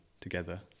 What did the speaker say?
together